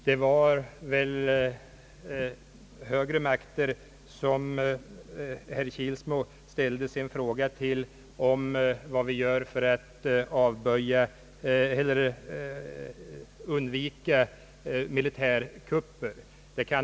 Det var väl till högre makter som herr Kilsmo riktade sin fråga om vad vi gör för att undvika militärkupper.